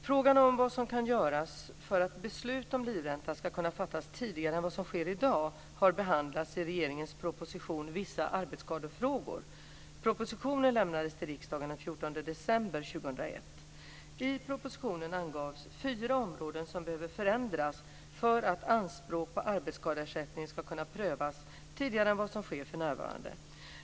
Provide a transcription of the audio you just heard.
Frågan om vad som kan göras för att beslut om livränta ska kunna fattas tidigare än vad som sker i dag har behandlats i regeringens proposition propositionen angavs fyra områden som behöver förändras för att anspråk på arbetsskadeersättning ska kunna prövas tidigare än vad som sker för närvarande.